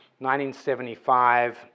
1975